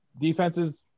defenses –